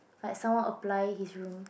like someone apply his room